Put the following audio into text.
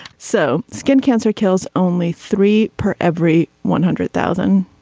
so skin cancer kills only three per every one hundred thousand.